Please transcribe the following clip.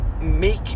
Make